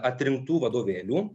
atrinktų vadovėlių